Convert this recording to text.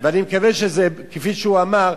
ואני מקווה שזה כפי שהוא אמר.